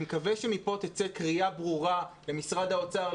אני מקווה שמפה תצא קריאה ברורה למשרד האוצר,